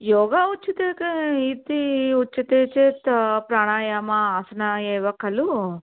योगः उच्यते चेत् इति उच्यते चेत् प्राणायाम आसन एव खलु